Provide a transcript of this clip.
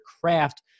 craft